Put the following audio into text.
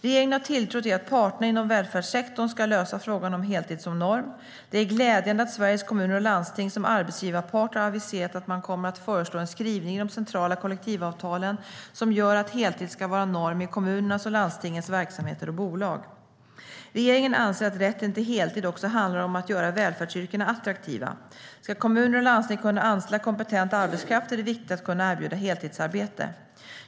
Regeringen har tilltro till att parterna inom välfärdssektorn ska lösa frågan om heltid som norm. Det är glädjande att Sveriges Kommuner och Landsting som arbetsgivarpart har aviserat att man kommer att föreslå en skrivning i de centrala kollektivavtalen som gör att heltid ska vara norm i kommunernas och landstingens verksamheter och bolag. Regeringen anser att rätten till heltid också handlar om att göra välfärdsyrkena attraktiva. Ska kommuner och landsting kunna anställa kompetent arbetskraft är det viktigt att kunna erbjuda heltidsarbete.